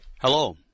Hello